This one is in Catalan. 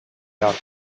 york